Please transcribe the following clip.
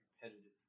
competitive